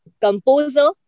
composer